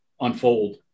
unfold